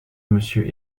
monsieur